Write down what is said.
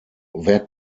wer